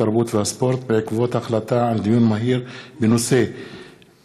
התרבות והספורט בעקבות דיון מהיר בהצעתם של חברי הכנסת מיקי רוזנטל,